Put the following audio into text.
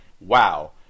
Wow